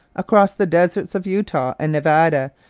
across the deserts of utah and nevada,